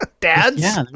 Dad's